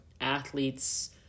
athletes